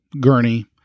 Gurney